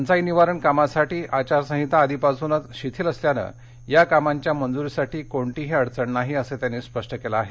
टंचाई निवारण कामासाठी आचारसंहिता आधीपासूनच शिथिल असल्यानं या कामांच्या मंजुरीसाठी कोणतीही अडचण नसल्याचं त्यांनी स्पष्ट केलं आहे